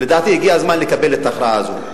לדעתי הגיע הזמן לקבל את ההכרעה הזו.